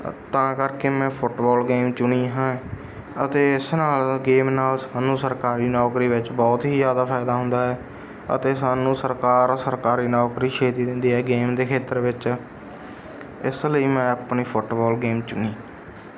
ਤਾਂ ਕਰਕੇ ਮੈਂ ਫੁੱਟਬੋਲ ਗੇਮ ਚੁਣੀ ਹੈ ਅਤੇ ਇਸ ਨਾਲ ਗੇਮ ਨਾਲ ਸਾਨੂੰ ਸਰਕਾਰੀ ਨੌਕਰੀ ਵਿੱਚ ਬਹੁਤ ਹੀ ਜ਼ਿਆਦਾ ਫਾਇਦਾ ਹੁੰਦਾ ਹੈ ਅਤੇ ਸਾਨੂੰ ਸਰਕਾਰ ਸਰਕਾਰੀ ਨੌਕਰੀ ਛੇਤੀ ਦਿੰਦੀ ਹੈ ਗੇਮ ਦੇ ਖੇਤਰ ਵਿੱਚ ਇਸ ਲਈ ਮੈਂ ਆਪਣੀ ਫੁੱਟਬੋਲ ਗੇਮ ਚੁਣੀ